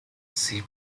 she